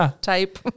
type